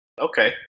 okay